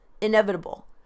inevitable